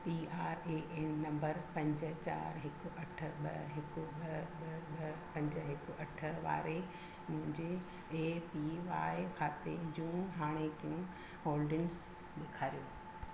P R A N number पंज चारि हिकु अठ ॿ हिकु ॿ ॿ ॿ पंज हिकु अठ वारे मुंहिंजे ए पी वाए खाते जूं हाणेकियूं होल्डिंग्स ॾेखारियो